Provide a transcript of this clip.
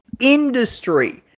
industry